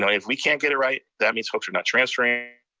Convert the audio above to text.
you know if we can't get it right, that means folks are not transferring,